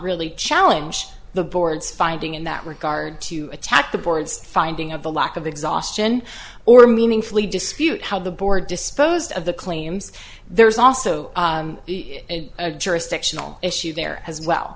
really challenge the board's finding in that regard to attack the board's finding of the lack of exhaustion or meaningfully dispute how the board disposed of the claims there's also a jurisdictional issue there as well